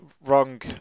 wrong